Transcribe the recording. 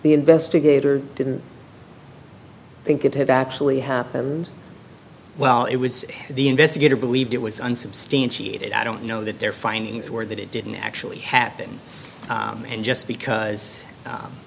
the investigator didn't think it had actually happened well it was the investigator believed it was unsubstantiated i don't know that their findings were that it didn't actually happen and just because